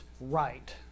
right